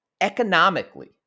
economically